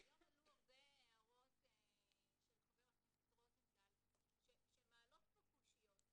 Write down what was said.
כי היום עלו הרבה הערות של חבר הכנסת רוזנטל שמעלות פה קושיות,